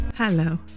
Hello